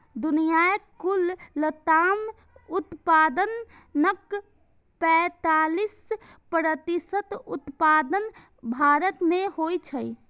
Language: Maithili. दुनियाक कुल लताम उत्पादनक पैंतालीस प्रतिशत उत्पादन भारत मे होइ छै